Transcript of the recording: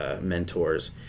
mentors